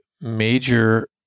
major